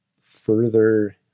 further